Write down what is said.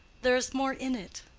there is more in it.